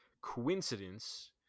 coincidence